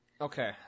Okay